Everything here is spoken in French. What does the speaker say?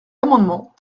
amendement